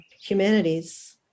humanities